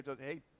Hey